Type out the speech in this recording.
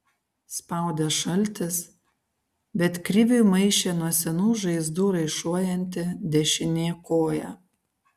spaudė šaltis bet kriviui maišė nuo senų žaizdų raišuojanti dešinė koja